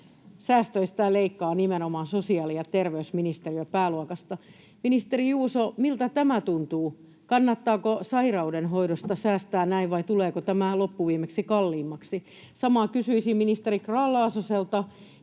säästöistään leikkaa nimenomaan sosiaali‑ ja terveysministeriön pääluokasta? Ministeri Juuso, miltä tämä tuntuu? Kannattaako sairauden hoidosta säästää näin, vai tuleeko tämä loppuviimeksi kalliimmaksi? Samaa kysyisin ministeri Grahn-Laasoselta.